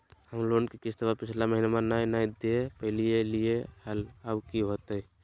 हम लोन के किस्तवा पिछला महिनवा नई दे दे पई लिए लिए हल, अब की होतई?